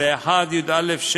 ו-1יא6